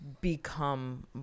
become